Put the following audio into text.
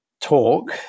talk